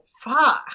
fuck